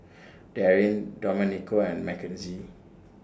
Darin Domenico and Makenzie